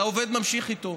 העובד ממשיך איתו.